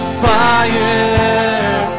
fire